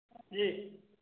जी